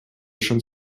schon